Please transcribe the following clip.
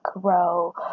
grow